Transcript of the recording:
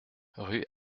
rue